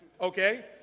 okay